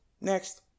Next